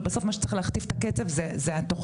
ובסוף מה שצריך להכתיב את הקצב זו התוכנית,